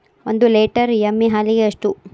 ಒಂದು ಲೇಟರ್ ಎಮ್ಮಿ ಹಾಲಿಗೆ ಎಷ್ಟು?